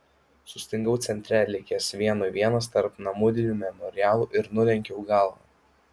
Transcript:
sustingau centre likęs vienui vienas tarp namudinių memorialų ir nulenkiau galvą